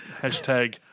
Hashtag